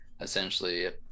essentially